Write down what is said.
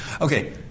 Okay